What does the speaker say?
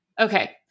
okay